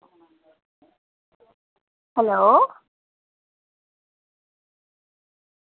hello